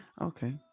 Okay